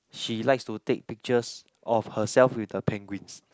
she likes to take pictures of herself with the penguins